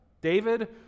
David